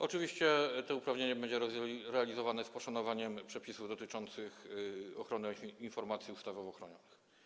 Oczywiście to uprawnienie będzie realizowane z poszanowaniem przepisów dotyczących ochrony informacji ustawowo chronionych.